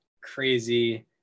crazy